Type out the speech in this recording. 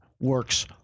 works